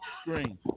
screen